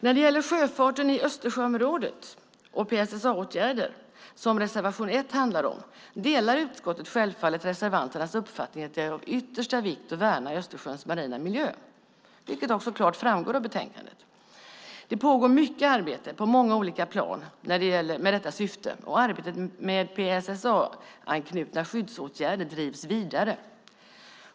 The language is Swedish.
När det gäller sjöfarten i Östersjöområdet och PSSA-åtgärder, som reservation 1 handlar om, delar utskottet självfallet reservanternas uppfattning att det är av yttersta vikt att värna Östersjöns marina miljö, vilket klart framgår av betänkandet. Mycket arbete pågår på många olika plan med detta syfte, och arbetet med PSSA-anknutna skyddsåtgärder drivs vidare.